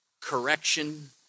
correction